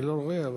אני לא רואה.